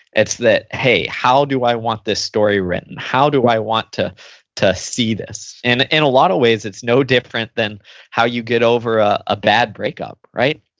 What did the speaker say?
it's that, hey, how do i want this story written? how do i want to to see this? and in a lot of ways it's no different than how you get over ah a bad breakup. right?